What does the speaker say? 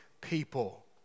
people